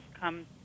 come